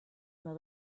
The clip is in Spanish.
uno